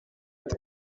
dut